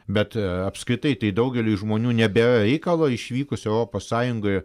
bet apskritai tai daugeliui žmonių nebėra reikalo išvykus europos sąjungoje